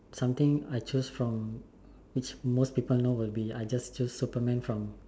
something I choose from which most people know will be I just choose Superman from